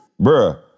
Bruh